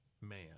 man